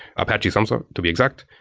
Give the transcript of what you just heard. apache samza to be exact,